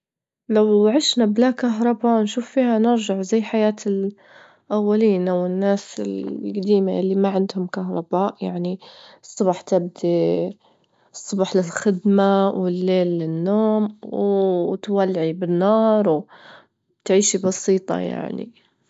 لو عشنا بلا كهربا نشوف فيها نرجع زي حياة الأولينا والناس الجديمة اللي ما عندهم كهرباء، يعني الصبح تبدي الصبح للخدمة، والليل للنوم، وتولعي بالنار، وتعيشي بسيطة يعني.